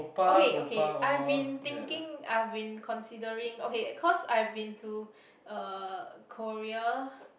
okay okay I have been thinking I have been considering okay cause I have been to uh Korea